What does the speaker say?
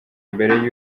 mbere